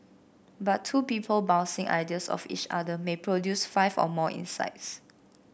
but two people bouncing ideas off each other may produce five or more insights